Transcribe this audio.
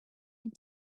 and